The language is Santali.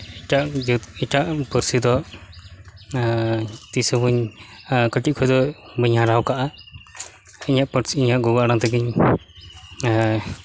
ᱮᱴᱟᱜ ᱡᱟᱹᱛ ᱮᱴᱟᱜ ᱯᱟᱹᱨᱥᱤ ᱫᱚ ᱛᱤᱥ ᱦᱚᱸ ᱵᱟᱹᱧ ᱠᱟᱹᱴᱤᱡ ᱠᱷᱚᱱ ᱫᱚ ᱵᱟᱹᱧ ᱦᱟᱨᱟᱣ ᱟᱠᱟᱫᱼᱟ ᱤᱧᱟᱹᱜ ᱯᱟᱹᱨᱥᱤ ᱤᱧᱟᱹᱜ ᱜᱚᱜᱚ ᱟᱲᱟᱝ ᱛᱮᱜᱤᱧ